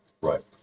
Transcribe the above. right